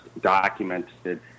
documented